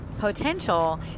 potential